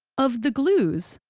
of the glues,